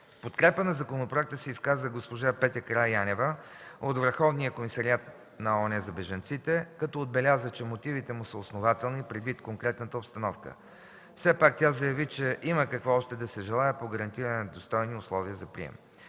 подкрепа на законопроекта се изказа госпожа Петя Караянева от Върховния комисариат на ООН за бежанци, която отбеляза, че мотивите му са основателни предвид конкретната обстановка. Все пак тя заяви, че има какво още да се желае за гарантиране на достойни условия за прием.